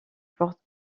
porte